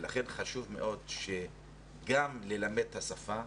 ולכן חשוב מאוד ללמד את השפה,